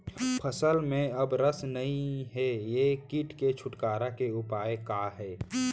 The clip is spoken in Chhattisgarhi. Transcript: फसल में अब रस नही हे ये किट से छुटकारा के उपाय का हे?